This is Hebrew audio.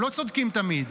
הם לא צודקים תמיד,